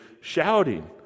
shouting